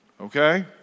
okay